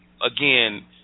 again